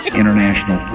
international